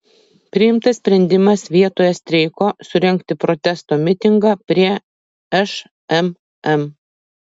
priimtas sprendimas vietoje streiko surengti protesto mitingą prie šmm